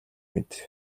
мэд